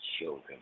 children